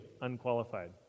unqualified